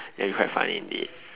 ya you quite funny indeed